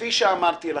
כפי שאמרתי לכם,